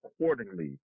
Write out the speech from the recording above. accordingly